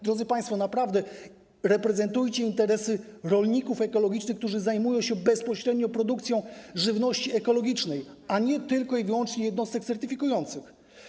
Drodzy państwo, reprezentujcie interesy rolników ekologicznych, którzy zajmują się bezpośrednio produkcją żywności ekologicznej, a nie interesy tylko i wyłącznie jednostek certyfikujących.